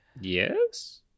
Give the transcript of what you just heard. yes